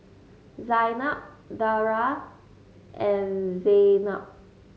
Zaynab Dara and Zaynab